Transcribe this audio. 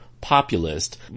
populist